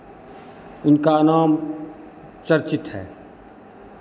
उनका नाम चर्चित है